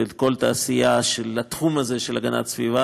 וכל התעשייה של התחום הזה של הגנת הסביבה.